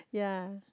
ya